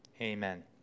Amen